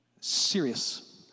Serious